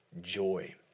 joy